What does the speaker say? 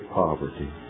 poverty